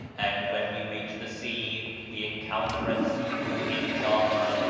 and when we reach the sea we encounter at suku, in java,